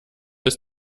ist